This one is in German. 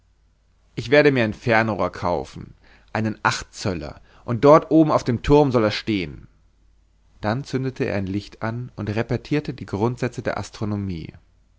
ich werde mir ein fernrohr kaufen einen achtzöller und dort oben auf dem turm soll er stehen dann zündete er licht an und repetierte die grundsätze der astronomie